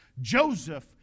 Joseph